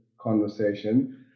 conversation